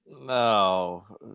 no